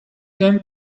then